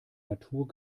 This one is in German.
natur